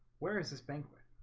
where is this banquet?